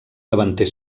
davanter